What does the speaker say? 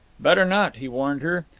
better not, he warned her.